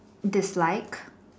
dislike